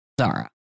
Zara